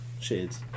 shades